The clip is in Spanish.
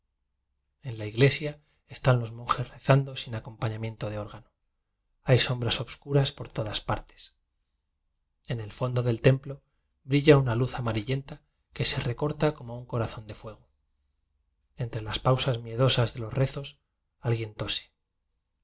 en la iglesia están los monjes rezando sin acompañamiento de órgano hay som bras obscuras por todas partes en el fondo del femplo brilla una luz ama rillenta que se recorta como un corazón de fuego entre las pausas miedosas de los rezos